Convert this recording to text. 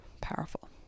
powerful